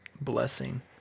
blessing